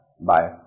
bye